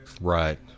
right